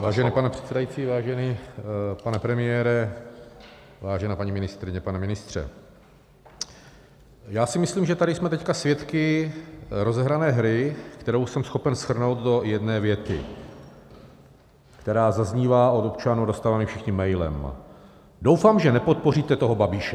Vážený pane předsedající, vážený pane premiére, vážená paní ministryně, pane ministře, já si myslím, že tady jsme teď svědky rozehrané hry, kterou jsem schopen shrnout do jedné věty, která zaznívá od občanů, dostáváme ji všichni mailem: Doufám, že nepodpoříte toho Babiše!